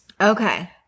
Okay